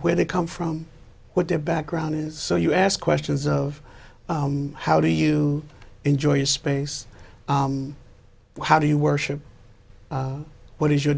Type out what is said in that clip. where they come from what their background is so you ask questions of how do you enjoy your space how do you worship what is your